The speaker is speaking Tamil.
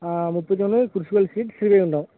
ஆ முப்பத்தொன்று க்ருஷ்வல் ஸ்டிரிட் ஸ்ரீவைகுண்டம்